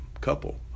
couple